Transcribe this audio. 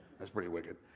that's pretty wicked.